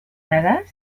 better